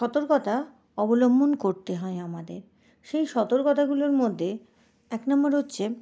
সতর্কতা অবলম্বন করতে হয় আমাদের সেই সতর্কতাগুলোর মধ্যে এক নাম্বার হচ্ছে